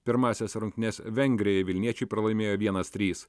pirmąsias rungtynes vengrijoj vilniečiai pralaimėjo vienas trys